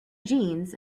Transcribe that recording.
jeans